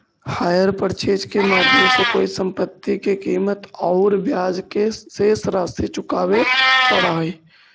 hire purchase के माध्यम से कोई संपत्ति के कीमत औउर ब्याज के शेष राशि चुकावे पड़ऽ हई